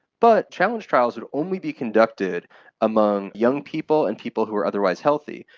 but challenge trials would only be conducted among young people and people who are otherwise healthy.